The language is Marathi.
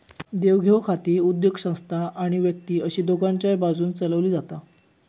देवघेव खाती उद्योगसंस्था आणि व्यक्ती अशी दोघांच्याय बाजून चलवली जातत